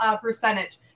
percentage